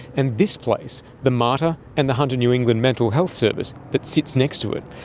and this place, the mater, and the hunter new england mental health service that sits next to it,